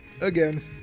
again